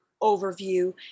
overview